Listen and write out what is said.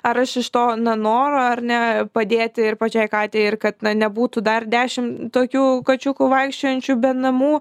ar aš iš to na noro ar ne padėti ir pačiai katei ir kad na nebūtų dar dešim tokių kačiukų vaikščiojančių be namų